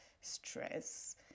stress